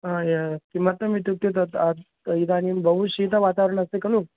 आ किमर्थम् इत्युक्ते तत् इदानीं बहु शीतलवातावरणम् अस्ति खलु